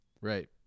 Right